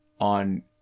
on